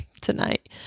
tonight